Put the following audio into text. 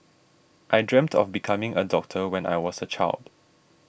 I dreamt of becoming a doctor when I was a child